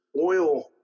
oil